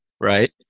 right